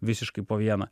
visiškai po vieną